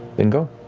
then go.